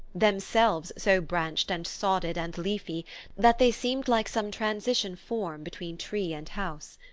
themselves so branched and sodded and leafy that they seemed like some transition form between tree and house.